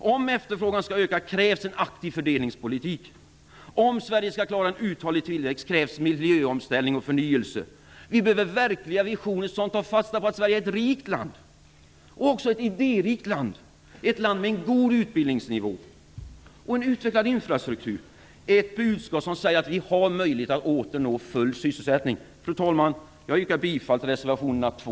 Om efterfrågan skall öka behövs en aktiv fördelningspolitik. Om Sverige skall klara en uthållig tillväxt krävs miljöomställning och förnyelse. Vi behöver verkliga visioner som tar fasta på att Sverige är ett rikt land, och också ett idérikt land. Ett land med en god utbildningsnivå och en utvecklad infrastruktur. Det är ett budskap som säger att vi har möjlighet att åter nå full sysselsättning. Fru talman! Jag yrkar bifall till reservationerna 2